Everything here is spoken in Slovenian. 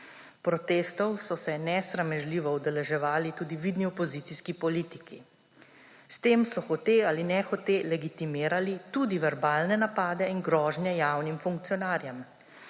Protestov so se nesramežljivo udeleževali tudi vidni opozicijski politiki. S tem so hote ali nehote legitimirali tudi verbalne napade in grožnje javnim funkcionarjem,